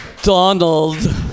Donald